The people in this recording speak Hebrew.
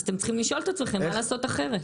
אז אתם צריכים לשאול את עצמכם מה לעשות אחרת.